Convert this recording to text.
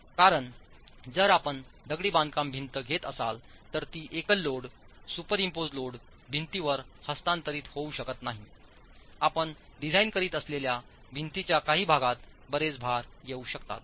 कारण जर आपण दगडी बांधकाम भिंत घेत असाल तर ती एकल लोड सुपरइम्पोज्ड लोड भिंतीवर हस्तांतरित होऊ शकत नाही आपण डिझाइन करत असलेल्या भिंतीच्या काही भागात बरेच भार येऊ शकतात